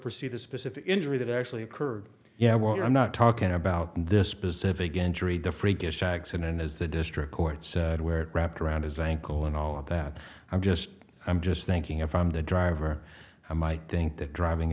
perceive a specific injury that actually occurred yeah well i'm not talking about this specific injury the freakish accident as the district courts where wrapped around his ankle and all of that i'm just i'm just thinking i'm from the driver i might think that driving